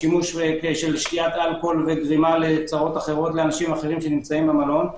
של שתיית אלכוהול וגרימת צרות אחרות לאחרים במלון,